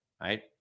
Right